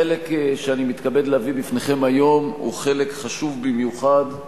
החלק שאני מתכבד להביא בפניכם היום הוא חלק חשוב במיוחד,